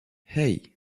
hey